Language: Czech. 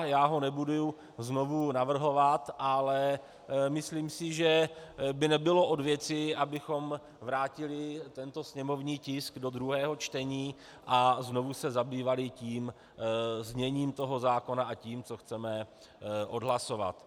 Já ho nebudu znovu navrhovat, ale myslím si, že by nebylo od věci, abychom vrátili tento sněmovní tisk do druhého čtení a znovu se zabývali zněním zákona a tím, co chceme odhlasovat.